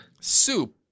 Soup